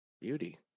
Beauty